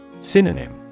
Synonym